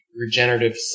regenerative